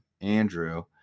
Andrew